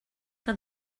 que